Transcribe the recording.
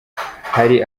hari